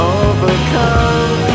overcome